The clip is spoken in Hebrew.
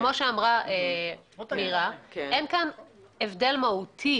כמו שאמרה מירה, אין כאן הבדל מהותי